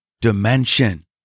dimension